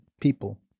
people